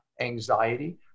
anxiety